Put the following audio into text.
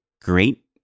great